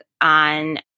on